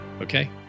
okay